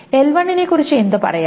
L1 നെ കുറിച്ച് എന്തു പറയാം